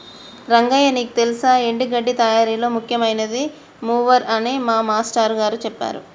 రంగయ్య నీకు తెల్సా ఎండి గడ్డి తయారీలో ముఖ్యమైనది మూవర్ అని మా మాష్టారు గారు సెప్పారు